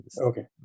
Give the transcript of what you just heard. Okay